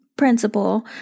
principle